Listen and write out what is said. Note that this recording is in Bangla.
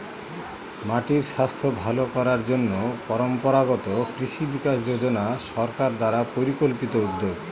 মাটির স্বাস্থ্য ভালো করার জন্য পরম্পরাগত কৃষি বিকাশ যোজনা সরকার দ্বারা পরিকল্পিত উদ্যোগ